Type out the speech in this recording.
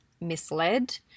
misled